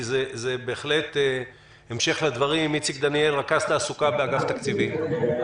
כי זה בהחלט המשך מצוין לדברים שנאמרו עד עכשיו.